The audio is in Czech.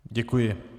Děkuji.